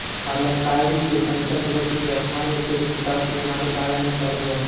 हमे काइल से संसद सदस्य के स्थानीय क्षेत्र विकास योजना के बारे मे पढ़बै